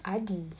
Adi